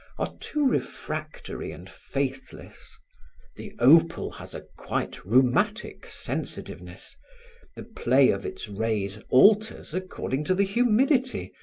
are too refractory and faithless the opal has a quite rheumatic sensitiveness the play of its rays alters according to the humidity,